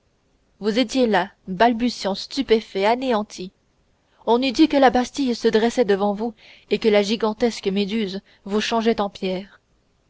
vous étiez là balbutiant stupéfait anéanti on eût dit que la bastille se dressait devant vous et que la gigantesque méduse vous changeait en pierre